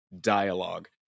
dialogue